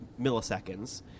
milliseconds